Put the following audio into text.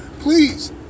Please